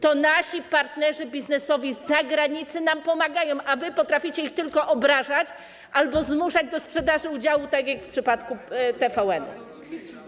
To nasi partnerzy biznesowi z zagranicy nam pomagają, a wy potraficie ich tylko obrażać albo zmuszać do sprzedaży udziałów, tak jak w przypadku TVN-u.